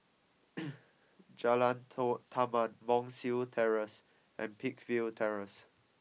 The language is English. Jalan Taman Monk's Hill Terrace and Peakville Terrace